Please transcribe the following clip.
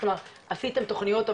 כלומר, עשיתם תוכניות?